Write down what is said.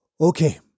Okay